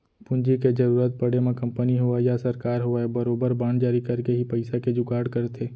पूंजी के जरुरत पड़े म कंपनी होवय या सरकार होवय बरोबर बांड जारी करके ही पइसा के जुगाड़ करथे